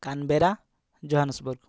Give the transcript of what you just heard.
Canberra Johannesburg